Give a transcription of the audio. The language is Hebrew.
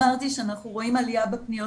אמרתי שאנחנו רואים עלייה בפניות